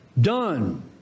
Done